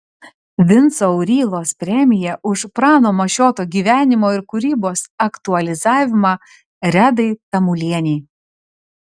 vinco aurylos premija už prano mašioto gyvenimo ir kūrybos aktualizavimą redai tamulienei